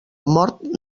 mort